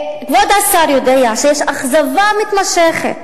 כבוד השר יודע שיש אכזבה מתמשכת